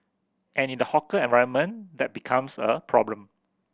and in the hawker environment that becomes a problem